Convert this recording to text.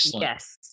Yes